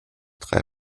drei